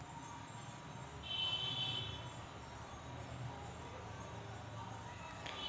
JNNURM भारतातील काही शहरांमध्ये विकासाला गती देण्याचा उद्देश होता